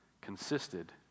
consisted